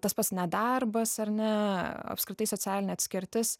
tas pats nedarbas ar ne apskritai socialinė atskirtis